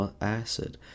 acid